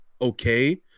okay